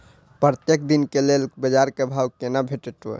प्रत्येक दिन के लेल बाजार क भाव केना भेटैत?